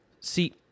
See